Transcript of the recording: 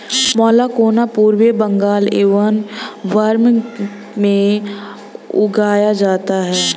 मैलाकोना पूर्वी बंगाल एवं बर्मा में उगाया जाता है